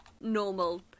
normal